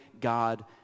God